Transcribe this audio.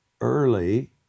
early